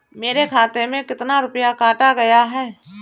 मेरे खाते से कितना रुपया काटा गया है?